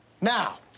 Now